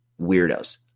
weirdos